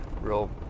Real